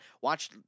Watch